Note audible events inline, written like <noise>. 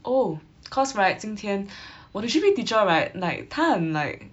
oh cause right 今天 <breath> 我的 G_P teacher right 他很 like